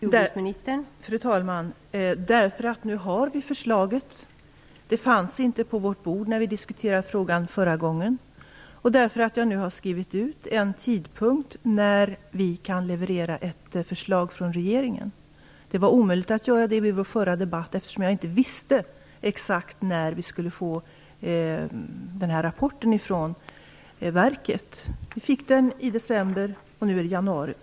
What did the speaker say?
Fru talman! Därför att vi nu har förslaget. Det fanns inte på mitt bord när vi diskuterade frågan förra gången. Jag har nu fastställt en tidpunkt när vi kan leverera ett förslag från regeringen. Detta var omöjligt vid den förra debatten, eftersom jag inte visste exakt när verket skulle komma med sin rapport. Vi fick den i december, och nu är det januari.